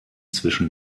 zwischen